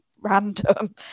random